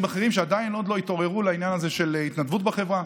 אחרים שעדיין עוד לא התעוררו לעניין הזה של התנדבות בחברה,